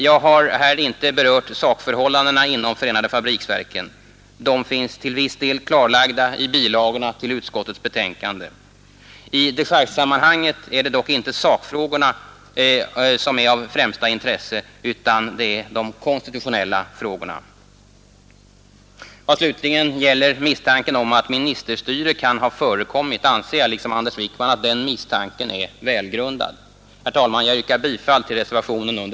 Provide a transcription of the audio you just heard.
Jag har här inte berört sakförhållandena inom förenade fabriksverken; de finns till viss del klarlagda i bilagorna till utskottets betänkande. I dechargesammanhanget är det dock inte sakfrågorna som främst är av intresse, utan det är de konstitutionella frågorna. Vad slutligen gäller misstanken om att ministerstyre kan ha förekommit anser jag liksom Anders Wijkman att den misstanken är välgrundad. Herr talman! Jag yrkar bifall till reservationen E.